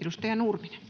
[Speech